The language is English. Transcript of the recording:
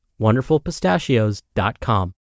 wonderfulpistachios.com